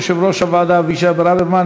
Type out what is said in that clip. יושב-ראש הוועדה אבישי ברוורמן,